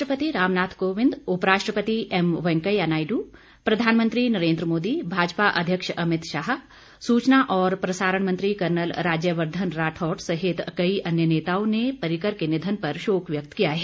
राष्ट्रपति रामनाथ कोविंद उपराष्ट्रपति एम वेंकैया नायड् प्रधानमंत्री नरेन्द्र मोदी भाजपा अध्यक्ष अमित शाह सूचना और प्रसारण मंत्री कर्नल राज्यवर्धन राठौड़ सहित कई अन्य नेताओं ने पर्रिकर के निधन पर शोक व्यक्त किया है